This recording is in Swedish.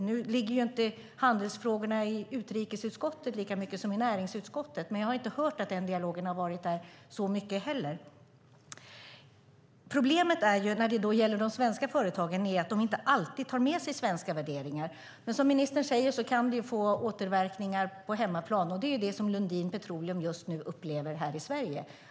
Nu ligger ju inte handelsfrågorna i utrikesutskottet lika mycket som i näringsutskottet, men jag har inte hört att den dialogen varit så mycket där heller. Problemet när det gäller de svenska företagen är att de inte alltid tar med sig svenska värderingar. Som ministern säger kan det få återverkningar på hemmaplan, och det är det som Lundin Petroleum just nu upplever här i Sverige.